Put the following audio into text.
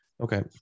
okay